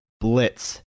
blitz